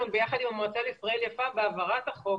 ביחד עם המועצה לישראל יפה בהעברת החוק